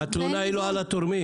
אבל התלונה היא לא על התורמים.